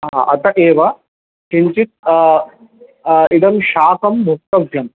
हा अत एव किञ्चित् इदं शाकं भोक्तव्यम्